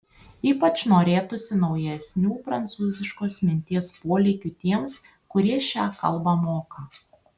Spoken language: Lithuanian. ypač norėtųsi naujesnių prancūziškos minties polėkių tiems kurie šią kalbą moka